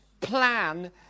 plan